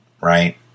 Right